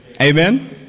Amen